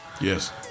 Yes